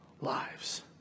lives